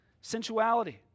sensuality